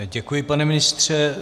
Děkuji, pane ministře.